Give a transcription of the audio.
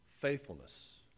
faithfulness